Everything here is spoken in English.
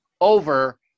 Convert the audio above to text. over